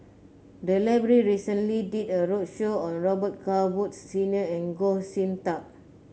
the library recently did a roadshow on Robet Carr Woods Senior and Goh Sin Tub